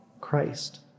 Christ